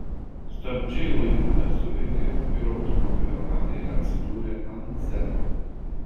stabdžiai laiku nesuveikė ir automobilio ratai atsidūrė ant zebro